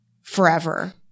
forever